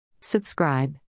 Subscribe